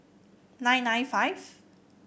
nine nine five